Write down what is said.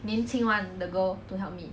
年轻 [one] the girl to help me